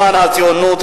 למען הציונות,